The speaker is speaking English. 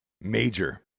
Major